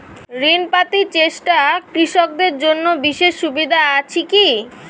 ঋণ পাতি চেষ্টা কৃষকদের জন্য বিশেষ সুবিধা আছি কি?